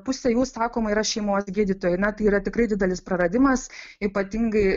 pusė jų sakoma yra šeimos gydytojai na tai yra tikrai didelis praradimas ypatingai